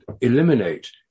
eliminate